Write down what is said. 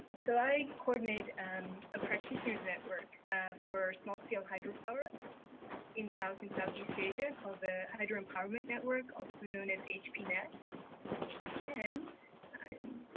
so i coordinate and a practitioners' network for small-scale hydropower in south and southeast asia called the hydro empowerment network, also known as hpnet. and i'm